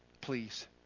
Please